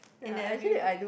in their view